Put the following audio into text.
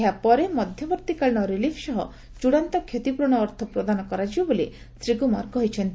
ଏହାପରେ ମଧ୍ୟବର୍ତ୍ତୀକାଳୀନ ରିଲିଫ୍ ସହ ଚଡ଼ାନ୍ତ କ୍ଷତିପ୍ରରଣ ଅର୍ଥ ପ୍ରଦାନ କରାଯିବ ବୋଲି ଶ୍ରୀ କୁମାର କହିଛନ୍ତି